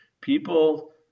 People